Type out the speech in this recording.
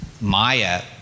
Maya